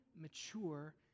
mature